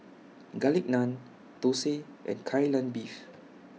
Garlic Naan Thosai and Kai Lan Beef